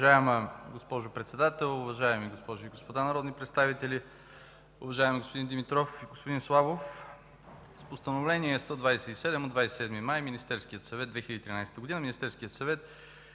Уважаема госпожо Председател, уважаеми госпожи и господа народни представители! Уважаеми господин Димитров и господин Славов, с Постановление № 127 от 27 май 2013 г. Министерският съвет